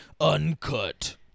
Uncut